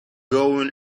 going